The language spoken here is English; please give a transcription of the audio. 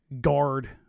guard